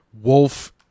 wolf